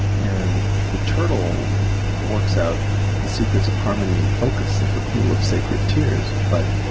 and the turtle works out the secrets of harmony and focus at the pool of sacred tears. but